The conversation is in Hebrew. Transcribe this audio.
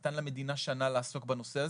נתן למדינה שנה לעסוק בנושא,